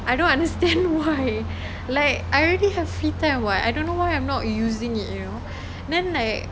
I don't understand why like I already have free time [what] I don't know why I'm not using it you know then like